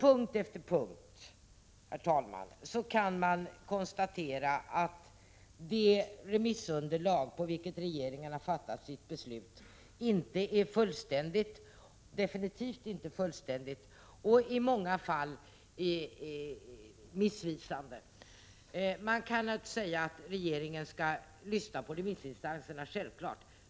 På punkt efter punkt kan man konstatera att det remissunderlag på vilket regeringen har fattat sitt beslut definitivt inte är fullständigt. I många fall är det missvisande. Man kan naturligtvis säga att regeringen skall lyssna på remissinstanserna.